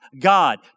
God